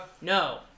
No